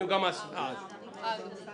של קבוצת סיעת המחנה הציוני לסעיף 12א לא